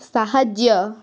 ସାହାଯ୍ୟ